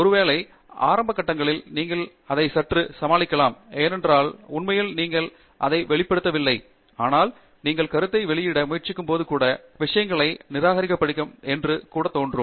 ஒருவேளை ஆரம்ப கட்டங்களில் நீங்கள் அதை சற்று சமாளிக்கலாம் ஏனென்றால் உண்மையில் நீங்கள் அதை வெளியிடவில்லை ஆனால் நீங்கள் வேலையை வெளியிட முயற்சிக்கும்போது கூட விஷயங்கள் நிராகரிக்கப்படும் என்று கூட தோன்றும்